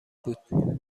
بود